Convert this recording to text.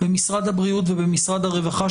במשרד הבריאות ובמשרד הרווחה,